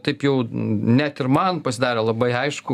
taip jau net ir man pasidarė labai aišku